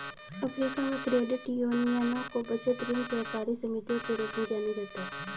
Africa में, credit यूनियनों को बचत, ऋण सहकारी समितियों के रूप में जाना जाता है